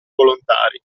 volontari